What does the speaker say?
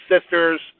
sisters